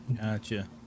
Gotcha